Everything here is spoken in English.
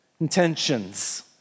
intentions